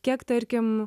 kiek tarkim